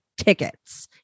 tickets